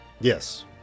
Yes